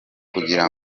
kugira